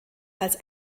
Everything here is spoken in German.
als